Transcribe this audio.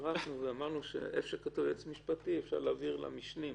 העברנו שאיפה שכתוב היועץ המשפטי אפשר להעביר למשנים.